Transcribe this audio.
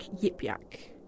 Yip-Yak